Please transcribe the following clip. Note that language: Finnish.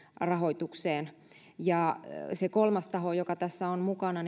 rahoitukseen ja se kolmas taho joka tässä on mukana